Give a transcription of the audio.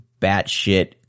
batshit